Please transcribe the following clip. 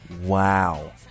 Wow